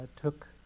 took